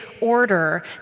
order